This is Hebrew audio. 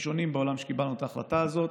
ראשונים בעולם שקיבלו את ההחלטה הזאת,